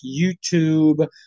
youtube